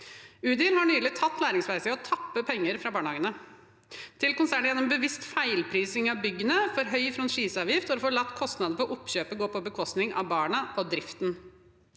Udir har nylig tatt Læringsverkstedet i å tappe penger fra barnehagene til konsernet, gjennom bevisst feilprising av byggene, for høy franchiseavgift og for å ha latt kostnaden av oppkjøpet gå på bekostning av barna og driften.